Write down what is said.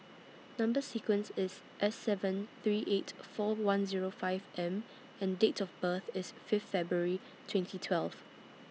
Number sequence IS S seven three eight four one Zero five M and Date of birth IS Fifth February twenty twelve